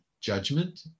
judgment